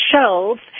shelves